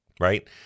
Right